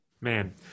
man